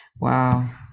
Wow